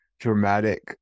Dramatic